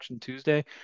tuesday